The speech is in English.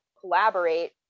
collaborate